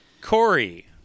Corey